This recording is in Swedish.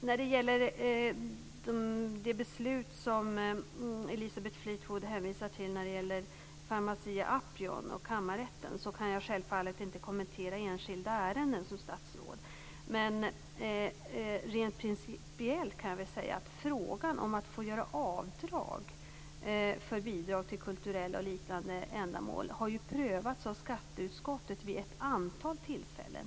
Elisabeth Fleetwood hänvisade till ett beslut när det gäller Pharmacia & Upjohn och Kammarrätten. Som statsråd kan jag självfallet inte kommentera enskilda ärenden, men rent principiellt kan jag väl säga att frågan om att få göra avdrag för bidrag till kulturella och liknande ändamål har prövats av skatteutskottet vid ett antal tillfällen.